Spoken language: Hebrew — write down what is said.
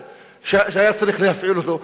שהיה צריך להפעיל אותו,